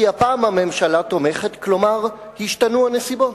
כי הפעם הממשלה תומכת, כלומר השתנו הנסיבות.